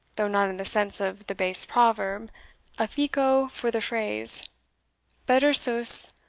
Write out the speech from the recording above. though not in the sense of the base proverb a fico for the phrase better sus.